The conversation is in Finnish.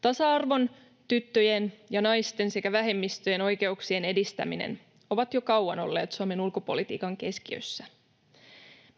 Tasa-arvon, tyttöjen ja naisten sekä vähemmistöjen oikeuksien edistäminen ovat jo kauan olleet Suomen ulkopolitiikan keskiössä.